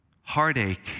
heartache